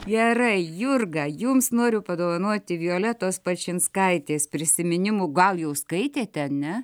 gerai jurga jums noriu padovanoti violetos palčinskaitės prisiminimų gal jau skaitėte ne